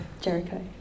Jericho